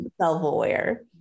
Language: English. self-aware